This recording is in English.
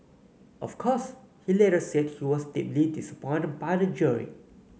of course he later said he was deeply disappointed by the jeering